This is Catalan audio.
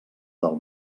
del